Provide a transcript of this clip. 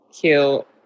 Cute